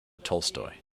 tolstoy